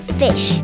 fish